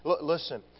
Listen